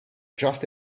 just